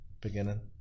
beginning